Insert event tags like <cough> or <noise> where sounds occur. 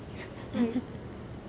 <laughs>